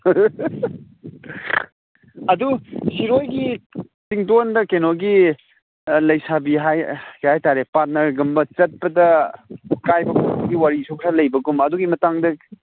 ꯑꯗꯨ ꯁꯤꯔꯣꯏꯒꯤ ꯆꯤꯡꯗꯣꯟꯗ ꯀꯩꯅꯣꯒꯤ ꯂꯩꯁꯥꯕꯤ ꯍꯥꯏ ꯀꯔꯤ ꯍꯥꯏꯇꯥꯔꯦ ꯄꯥꯠꯅꯔꯒꯨꯝꯕ ꯆꯠꯄꯗ ꯀꯥꯏꯕꯒꯨꯝꯕꯒꯤ ꯋꯥꯔꯤꯁꯨ ꯈꯔ ꯂꯩꯕꯒꯨꯝ ꯑꯗꯨꯒꯤ ꯃꯇꯥꯡꯗ